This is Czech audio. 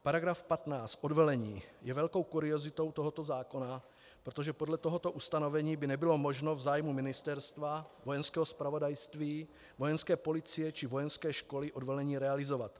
Paragraf 15 odvelení je velkou kuriozitou tohoto zákona, protože podle tohoto ustanovení by nebylo možno v zájmu ministerstva, Vojenského zpravodajství, Vojenské policie či vojenské školy odvelení realizovat.